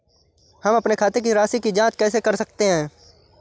हम अपने खाते की राशि की जाँच कैसे कर सकते हैं?